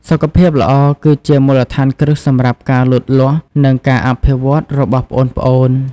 សុខភាពល្អគឺជាមូលដ្ឋានគ្រឹះសម្រាប់ការលូតលាស់ និងការអភិវឌ្ឍន៍របស់ប្អូនៗ។